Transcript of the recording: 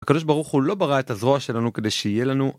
הקדוש ברוך הוא לא ברא את הזרוע שלנו כדי שיהיה לנו.